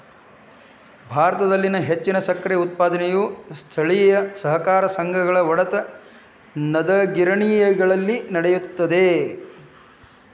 ಭಾರತದಲ್ಲಿ ಹೆಚ್ಚಿನ ಸಕ್ಕರೆ ಉತ್ಪಾದನೆಯು ಸ್ಥಳೇಯ ಸಹಕಾರ ಸಂಘಗಳ ಒಡೆತನದಗಿರಣಿಗಳಲ್ಲಿ ನಡೆಯುತ್ತದೆ